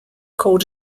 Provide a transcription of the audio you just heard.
called